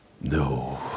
No